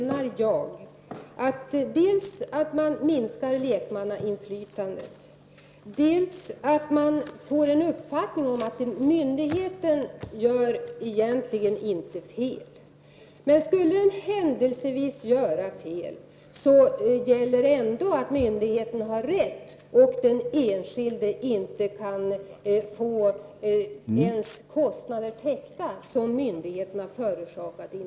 Vad jag menar är alltså dels att lekmannainflytandet minskas, dels att man får uppfattningen att en myndighet egentligen aldrig gör fel. Och skulle myndigheten händelsevis göra fel, har myndigheten ändå rätt. Den enskilde kan inte ens få en ersättning som täcker de kostnader som myndigheten har förorsakat.